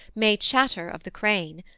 may chatter of the crane,